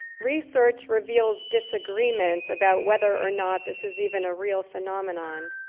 research reveals disagreement about whether or not this is even a real phenomenon.